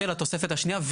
של התוספת השנייה.